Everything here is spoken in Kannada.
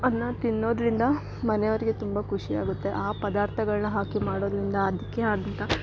ಅದನ್ನ ತಿನ್ನೋದ್ರಿಂದ ಮನೆಯವ್ರಿಗೆ ತುಂಬ ಖುಷಿಯಾಗುತ್ತೆ ಆ ಪದಾರ್ಥಗಳ್ನ ಹಾಕಿ ಮಾಡೋದ್ರಿಂದ ಅದಕ್ಕೆ ಆದಂಥ